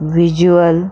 visual